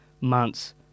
months